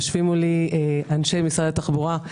יושבים מולי אנשי משרד התחבורה,